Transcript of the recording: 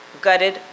gutted